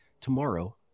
tomorrow